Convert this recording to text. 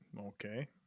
Okay